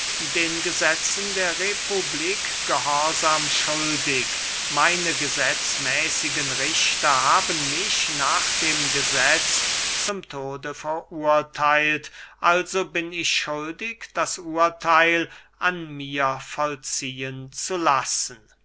den gesetzen der republik gehorsam schuldig meine gesetzmäßigen richter haben mich nach dem gesetz zum tode verurtheilt also bin ich schuldig das urtheil an mir vollziehen zu lassen